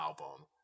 album